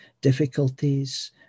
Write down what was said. difficulties